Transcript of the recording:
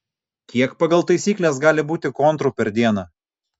kiek pagal taisykles gali būti kontrų per dieną